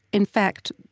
in fact,